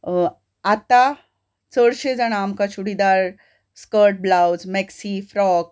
आतां चडशें जाणां आमकां churidar skirt blouse maxi frock